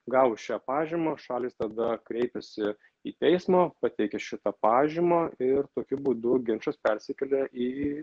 gavus šią pažymą šalys tada kreipiasi į teismą pateikia šitą pažymą ir tokiu būdu ginčas persikelia į